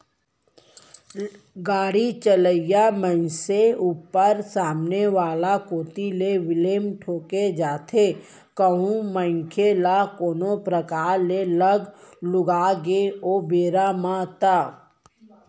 गाड़ी चलइया मनसे ऊपर सामने वाला कोती ले क्लेम ठोंके जाथे कहूं मनखे ल कोनो परकार ले लग लुगा गे ओ बेरा म ता